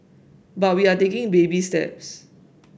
but we are taking baby steps